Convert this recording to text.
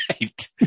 Right